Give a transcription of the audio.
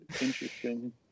Interesting